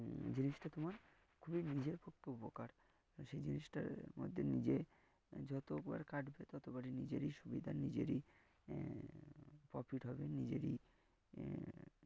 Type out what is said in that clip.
জিনিসটা তোমার খুবই নিজের পক্ষে উপকার সেই জিনিসটার মধ্যে নিজে যতবার কাটবে ততবারই নিজেরই সুবিধা নিজেরই প্রফিট হবে নিজেরই